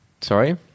Sorry